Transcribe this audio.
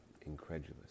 incredulous